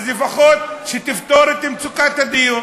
אז לפחות שתפתור את מצוקת הדיור.